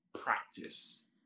practice